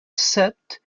sept